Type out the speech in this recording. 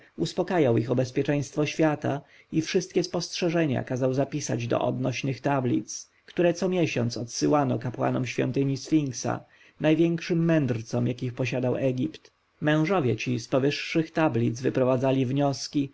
uspakajał ich o bezpieczeństwo świata i wszystkie spostrzeżenia kazał zapisać do odnośnych tablic które co miesiąc odsyłano kapłanom świątyni sfinksa największym mędrcom jakich posiadał egipt mężowie ci z powyższych tablic wyprowadzali wnioski